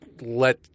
let